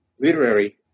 literary